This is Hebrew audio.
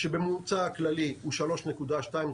כשהממוצע הכללי הוא 3.2,